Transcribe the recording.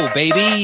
baby